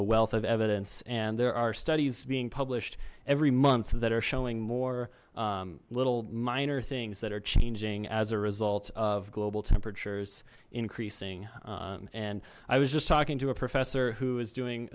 the wealth of evidence and there are studies being published every month that are showing more little minor things that are changing as a result of global temperatures increasing and i was just talking to a professor who is doing